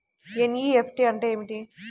NEFT అంటే ఏమిటి?